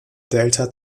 delta